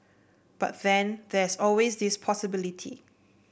but then there's always this possibility